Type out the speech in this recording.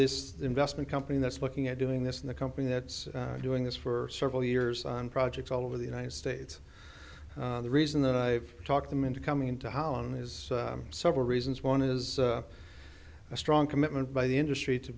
this investment company that's looking at doing this in the company that's doing this for several years on projects all over the united states the reason that i talked them into coming into holland is several reasons one is a strong commitment by the industry to